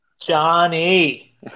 Johnny